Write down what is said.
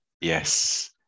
Yes